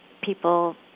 people